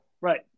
Right